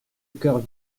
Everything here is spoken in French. coeur